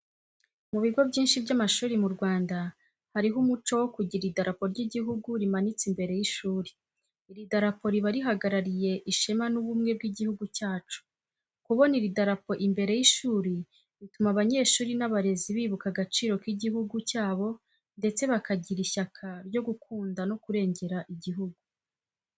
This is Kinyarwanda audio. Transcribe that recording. Mu bigo byinshi by’amashuri mu Rwanda, hariho umuco wo kugira idarapo ry’igihugu rimanitse imbere y’ishuri. Iri darapo riba rihagarariye ishema n’ubumwe bw’igihugu cyacu. Kubona iri darapo imbere y’ishuri bituma abanyeshuri n’abarezi bibuka agaciro k’igihugu cyabo ndetse bakagira ishyaka ryo gukunda no kurengera igihugu.